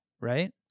right